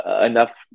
enough